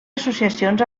associacions